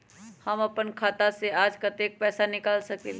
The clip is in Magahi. हम अपन खाता से आज कतेक पैसा निकाल सकेली?